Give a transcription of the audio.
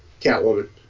Catwoman